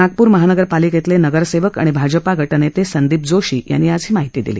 नागपूर महानगरपालिकेतले नगरसेवक आणि भाजपाचे गटनेते संदीप जोशी यांनी आज ही माहिती दिली